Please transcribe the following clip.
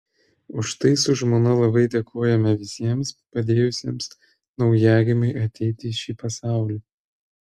už tai su žmona labai dėkojame visiems padėjusiems naujagimiui ateiti į šį pasaulį